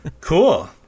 Cool